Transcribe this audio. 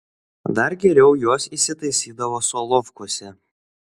dar geriau jos įsitaisydavo solovkuose